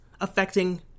affecting